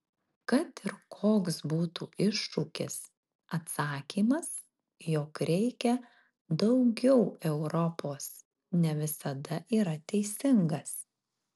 kad ir koks būtų iššūkis atsakymas jog reikia daugiau europos ne visada yra teisingas